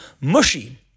Mushy